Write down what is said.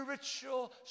spiritual